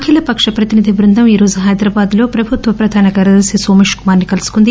అఖిల పక్ష ప్రతినిధి బృందం ఈ రోజు హైదరాబాద్లోని ప్రభుత్వ ప్రధాన కార్యదర్పి నోమేశ్ కుమార్ ని కలుసుకుంది